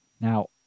Now